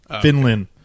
Finland